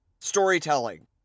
storytelling